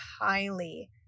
highly